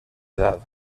edad